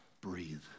Breathe